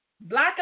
black